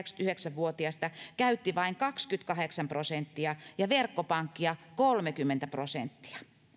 viiva kahdeksankymmentäyhdeksän vuotiaista käytti vain kaksikymmentäkahdeksan prosenttia ja verkkopankkia kolmekymmentä prosenttia